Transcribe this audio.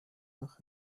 nach